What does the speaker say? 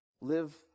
live